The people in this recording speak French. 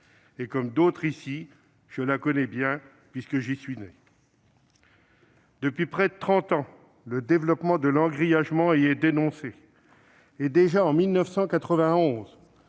Comme d'autres ici, je la connais bien, puisque j'y suis né. Depuis près de trente ans, le développement de l'engrillagement y est dénoncé. Déjà, en 1991,